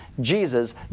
Jesus